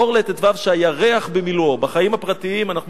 אור לט"ו, כשהירח במילואו.